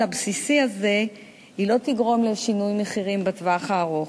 הבסיסי הזה לא תגרום לשינוי מחירים בטווח הארוך.